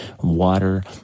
water